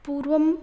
पूर्वम्